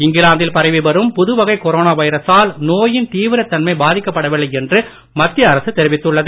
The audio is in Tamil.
இங்கிலாந்தில் பரவி வரும் புதுவகை கொரோனா வைரசால் நோயின் தீவிரத் தன்மை பாதிக்கப் படவில்லை என்று மத்திய அரசு தெரிவித்துள்ளது